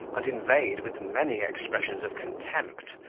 and inveighed, with many expressions of contempt,